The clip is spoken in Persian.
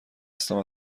بستم